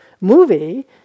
movie